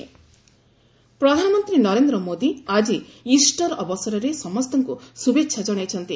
Modi Easter ପ୍ରଧାନମନ୍ତ୍ରୀ ନରେନ୍ଦ୍ର ମୋଦି ଆଜି Easter ଅବସରରେ ସମସ୍ତଙ୍କୁ ଶୁଭେଛା କଣାଇଛନ୍ତି